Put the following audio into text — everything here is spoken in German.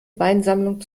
weinsammlung